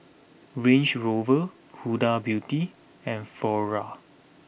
Range Rover Huda Beauty and Flora